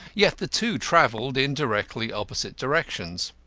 yet the two travelled in directly opposite directions.